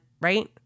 right